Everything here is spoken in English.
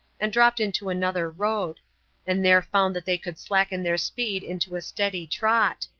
and dropped into another road and there found that they could slacken their speed into a steady trot.